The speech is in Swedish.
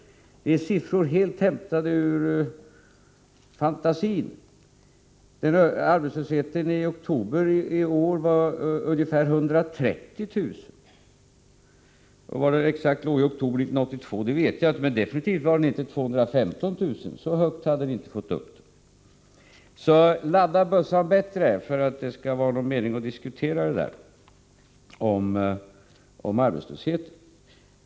Men det är siffror som är hämtade från fantasins värld. Arbetslösheten i oktober i år omfattade ungefär 130 000 personer. Den exakta siffran för oktober 1982 känner jag inte till. Det rörde sig definitivt inte om 215 000 personer. Så hög arbetslöshet hade vi inte då. Ladda bössan bättre, så att det är någon mening att diskutera arbetslösheten!